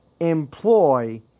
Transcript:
employ